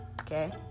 Okay